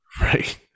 Right